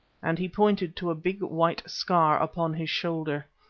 and he pointed to a big white scar upon his shoulder.